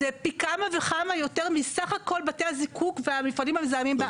זה פי כמה וכמה יותר מסך הכל בתי הזיקוק והמפעלים המזהמים בארץ.